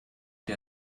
der